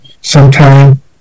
sometime